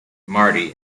marty